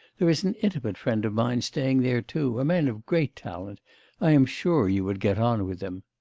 there is an intimate friend of mine staying there too, a man of great talent i am sure you would get on with him.